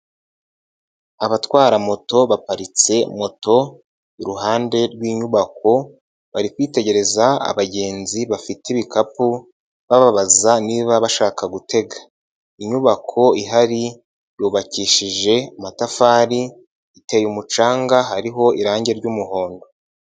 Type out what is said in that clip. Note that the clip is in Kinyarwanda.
Abatwara moto baparitse moto iruhande rw'inyubako bari kwitegereza abagenzi bafite ibikapu bababaza niba bashaka gutega, inyubako ihari yubakishije amatafari, iteye umucanga, hariho irangi ry'umuhondo.